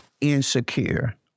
insecure